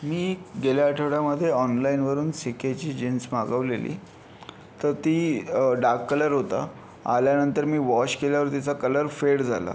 मी गेल्या आठवड्यामध्ये ऑनलाईनवरून सी के ची जीन्स मागवलेली त ती डार्क कलर होता आल्यानंतर मी वॉश केल्यावर तिचा कलर फेड झाला